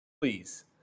please